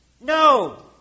No